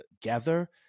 together